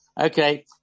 Okay